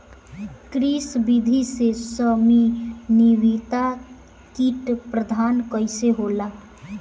कृषि विधि से समन्वित कीट प्रबंधन कइसे होला?